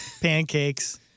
pancakes